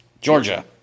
georgia